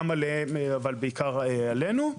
גם עליהם אבל בעיקר עלינו.